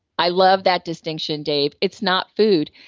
i love that distinction dave. it's not food.